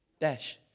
dash